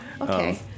okay